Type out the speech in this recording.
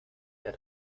der